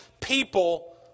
people